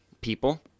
people